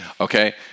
Okay